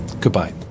goodbye